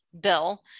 bill